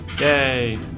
Yay